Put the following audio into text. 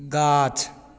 गाछ